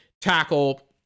tackle